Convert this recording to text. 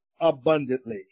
Abundantly